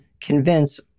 convince